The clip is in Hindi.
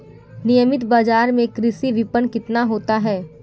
नियमित बाज़ार में कृषि विपणन कितना होता है?